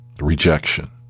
rejection